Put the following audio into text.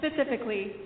specifically